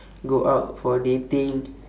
go out for dating